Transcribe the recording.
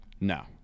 No